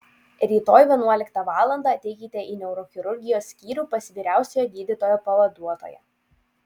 rytoj vienuoliktą valandą ateikite į neurochirurgijos skyrių pas vyriausiojo gydytojo pavaduotoją